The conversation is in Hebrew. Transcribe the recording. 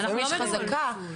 לפעמים יש חזקה,